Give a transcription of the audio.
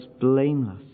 blameless